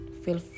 feel